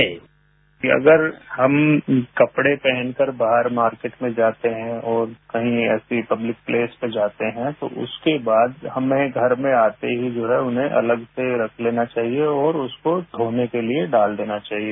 sound bite अगर हम कपड़े पहनकर बाहर मार्केट में जाते हैं और कहीं ऐसी पब्लिक प्लेस में जाते हैं तो उसके बाद हमें घर में आते ही जो है उन्हें अलग से रख लेना चाहिए और उसको धोने के लिए डाल देना चाहिए